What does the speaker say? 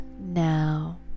now